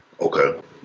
Okay